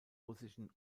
russischen